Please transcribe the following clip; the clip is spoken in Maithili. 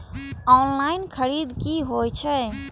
ऑनलाईन खरीद की होए छै?